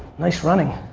nice running.